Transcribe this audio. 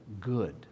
good